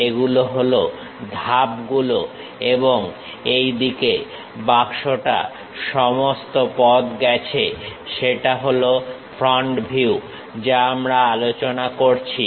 এগুলো হলো ধাপগুলো এবং এই দিকে বাক্সটা সমস্ত পথ গেছে সেটা হল ফ্রন্ট ভিউ যা আমরা আলোচনা করছি